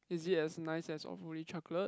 is it as nice as awfully chocolate